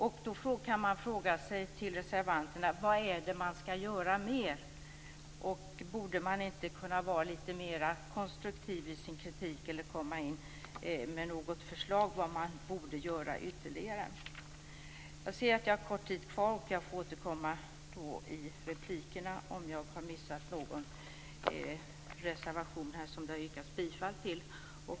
Då frågar jag reservanterna: Vad mer skall göras? Borde man inte kunna vara lite mer konstruktiv i sin kritik eller komma med förslag på vad som ytterligare kan göras? Jag har lite tid kvar. Jag får återkomma i replikerna om det är så att jag har missat att kommentera en reservation som det har yrkats bifall till.